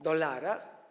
Dolara?